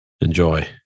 Enjoy